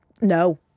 No